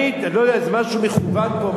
תמיד, אני לא יודע, איזה משהו מכוון פה.